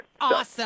Awesome